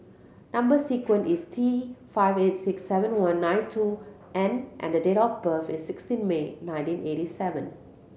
number sequence is T five eight six seven one nine two N and date of birth is sixteen May nineteen eighty seven